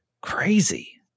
crazy